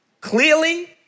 Clearly